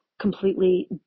completely